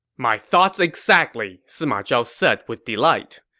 my thoughts exactly! sima zhao said with delight.